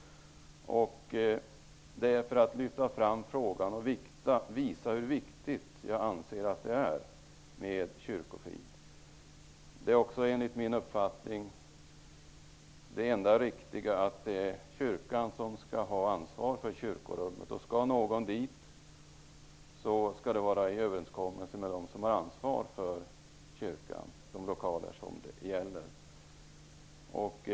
Det gjorde jag för att lyfta fram frågan och visa hur viktig kyrkofriden är. Det enda riktiga är, enligt min uppfattning, att kyrkan har ansvaret för kyrkorummet. Om någon vill vara där skall det ske enligt överenskommelse med dem som har ansvar för kyrkan och de lokaler som hör dit.